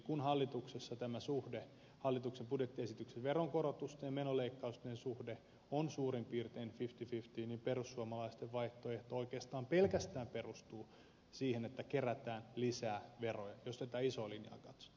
kun hallituksen budjettiesityksen veronkorotusten ja menoleikkausten suhde on suurin piirtein fifty fifty niin perussuomalaisten vaihtoehto oikeastaan pelkästään perustuu siihen että kerätään lisää veroja jos tätä isoa linjaa katsotaan